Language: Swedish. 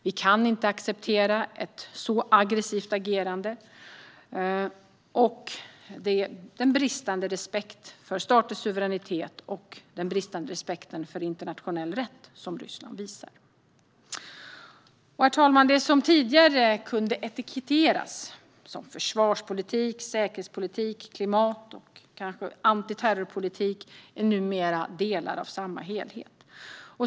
Vi kan inte acceptera ett så aggressivt agerande, och vi kan inte acceptera den bristande respekt för staters suveränitet och för internationell rätt som Ryssland visar. Herr talman! Det som tidigare kunde etiketteras som försvarspolitik, säkerhetspolitik, klimatpolitik och kanske antiterrorpolitik är numera delar av samma helhet.